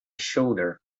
shoulder